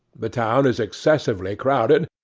the town is excessively crowded,